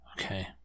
Okay